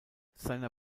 seiner